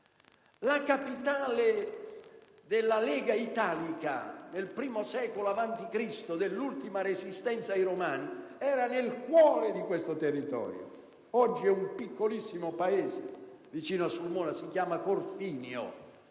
la capitale della Lega italica, dell'ultima resistenza ai romani, era nel cuore di questo territorio. Oggi è un piccolissimo paese vicino a Sulmona: si chiama Corfinio.